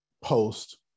post